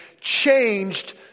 changed